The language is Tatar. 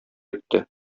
итте